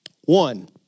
One